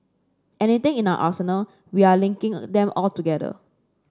anything in our arsenal we're linking them all together